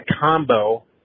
combo